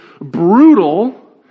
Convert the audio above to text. brutal